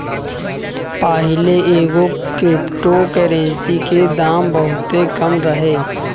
पाहिले एगो crypto currency के दाम बहुते कम रहे